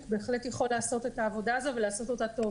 בהחלט יכול לעשות את העבודה הזאת ולעשות אותה טוב.